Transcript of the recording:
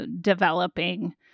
developing